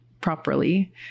properly